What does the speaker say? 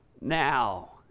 now